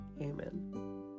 Amen